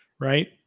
right